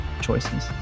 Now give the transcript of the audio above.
choices